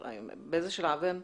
באיזה שלב הן?